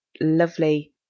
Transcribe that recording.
lovely